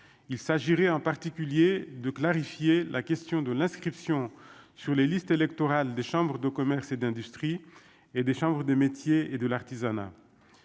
il s'agirait, en particulier de clarifier la question de l'inscription sur les listes électorales des Chambres de commerce et d'industrie et des chambres des métiers et de l'artisanat,